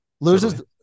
loses